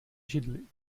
židli